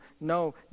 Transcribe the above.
no